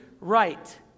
right